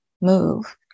move